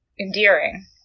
endearing